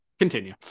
continue